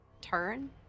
turn